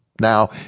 Now